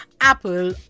Apple